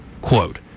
Quote